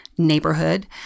Neighborhood